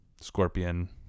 Scorpion